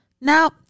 Now